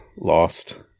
lost